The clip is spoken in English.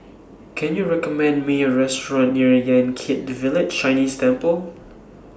Can YOU recommend Me A Restaurant near Yan Kit Village Chinese Temple